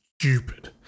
stupid